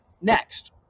next